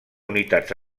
unitats